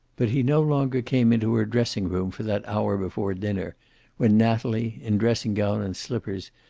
but he no longer came into her dressing-room for that hour before dinner when natalie, in dressing-gown and slippers,